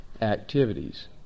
activities